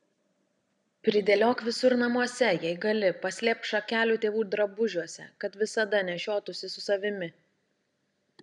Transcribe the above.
pridėliok visur namuose jei gali paslėpk šakelių tėvų drabužiuose kad visada nešiotųsi su savimi